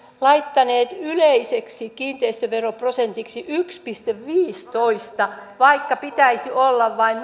laittaneet yleiseksi kiinteistöveroprosentiksi yksi pilkku viisitoista vaikka pitäisi olla vain